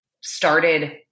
started